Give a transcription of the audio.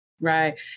Right